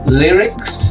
lyrics